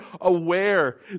aware